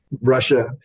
Russia